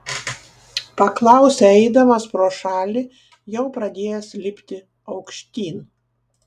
paklausė eidamas pro šalį jau pradėjęs lipti aukštyn